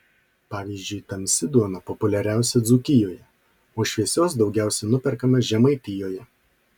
pavyzdžiui tamsi duona populiariausia dzūkijoje o šviesios daugiausiai nuperkama žemaitijoje